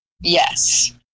Yes